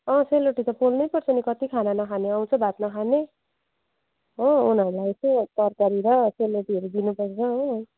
अँ सेलरोटी त पोल्नु नै पर्छ नि कति खाना नखाने आउँछ भात नखाने हो उनीहरूलाई चाहिँ तरकारी र सेलरोटीहरू दिनुपर्छ हो